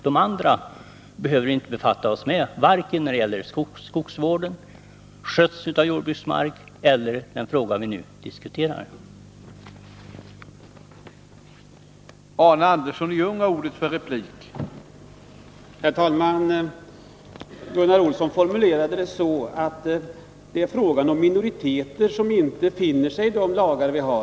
De övriga markägarnas sätt att sköta skogen, jordbruksmarken och det som den här frågan avser behöver vi inte lägga oss i.